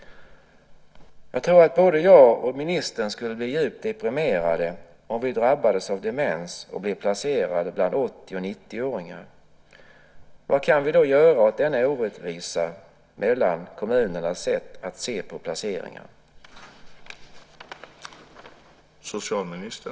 Jag tror att både jag och ministern skulle bli djupt deprimerade om vi drabbades av demens och blev placerade bland 80 och 90-åringar. Vad kan vi göra åt denna orättvisa mellan kommunernas sätt att se på placeringar?